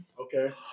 Okay